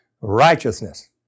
righteousness